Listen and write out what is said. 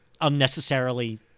unnecessarily